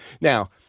Now